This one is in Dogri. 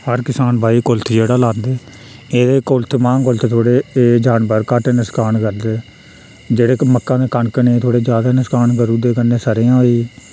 हर किसान भाई कुल्थ जेह्ड़ा लांदे एहदे कुल्थ मांह् कुल्थ थोह्ड़े जानवर घट्ट नकसान करदे जेह्ड़े के मक्कां ते कनक दा एह् थोह्ड़ा ज्यादा नकसान करुदे कन्नै सरे'आं होई